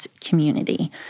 community